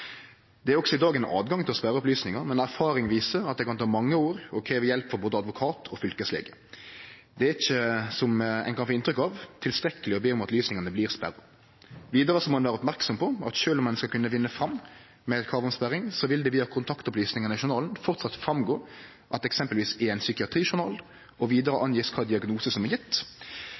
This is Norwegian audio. Det er også i dag tilgang til å sperre opplysningar, men erfaring viser at det kan ta mange år og krev hjelp frå både advokat og fylkeslege. Det er ikkje, som ein kan få inntrykk av, tilstrekkeleg å be om at opplysningane blir sperra. Vidare må ein vera merksam på at sjølv om ein skulle vinne fram med krav om sperring, vil det via kontaktopplysningane i journalen framleis gå fram at det eksempelvis er ein psykiatrijournal. Vidare er det vist kva diagnose som er